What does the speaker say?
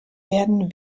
werden